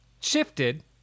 shifted